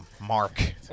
Mark